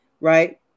Right